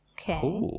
Okay